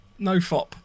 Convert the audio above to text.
nofop